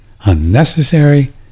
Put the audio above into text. unnecessary